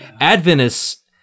Adventists